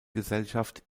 gesellschaft